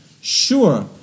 Sure